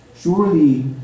Surely